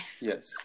Yes